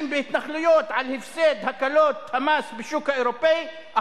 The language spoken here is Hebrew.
בהתנחלויות על הפסד הקלות המס בשוק האירופי,